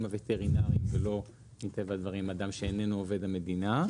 הווטרינריים ולא מטבע הדברים אדם שאיננו עובד המדינה,